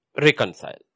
reconcile